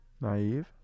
naive